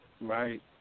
right